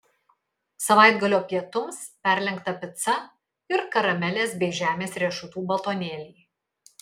savaitgalio pietums perlenkta pica ir karamelės bei žemės riešutų batonėliai